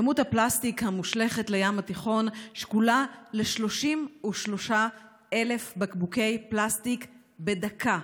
כמות הפלסטיק המושלכת לים התיכון שקולה ל-33,000 בקבוקי פלסטיק בדקה.